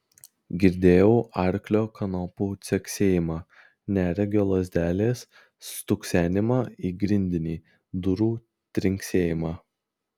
girdėjau arklio kanopų caksėjimą neregio lazdelės stuksenimą į grindinį durų trinksėjimą